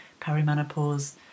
perimenopause